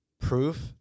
proof